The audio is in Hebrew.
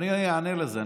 אני אענה על זה.